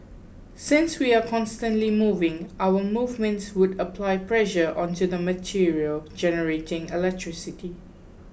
since we are constantly moving our movements would apply pressure onto the material generating electricity